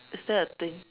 is that a thing